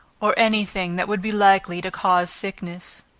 or any thing that would be likely to cause sickness.